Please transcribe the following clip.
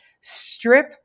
strip